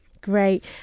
Great